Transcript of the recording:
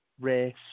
Race